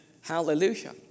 Hallelujah